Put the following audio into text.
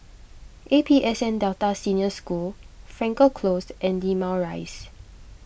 A P S N Delta Senior School Frankel Closed and Limau Rise